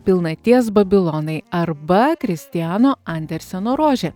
pilnaties babilonai arba kristiano anderseno rožė